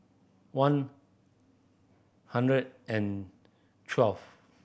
one hundred and twevle